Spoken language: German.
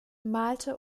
malte